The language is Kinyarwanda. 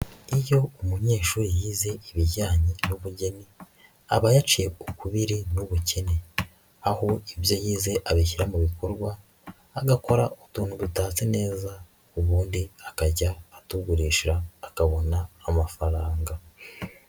Iyo umunyeshuri yize ibijyanye n'ubugeni, aba yaciye ukubiri n'ubukene. Aho ibyo yize abishyira mu bikorwa, agakora utuntu dutatse neza ubundi akajya atugurisha akabona amafaranga.